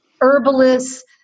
herbalists